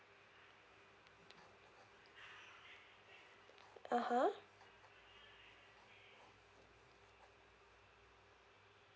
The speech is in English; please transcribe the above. (uh huh)